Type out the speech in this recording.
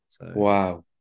Wow